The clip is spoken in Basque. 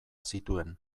zituen